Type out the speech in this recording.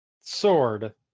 sword